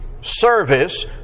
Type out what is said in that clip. service